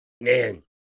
Man